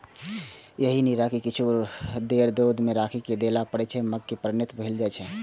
एहि नीरा कें किछु देर रौद मे राखि देला पर ई मद्य मे परिणत भए जाइ छै